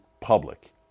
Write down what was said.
public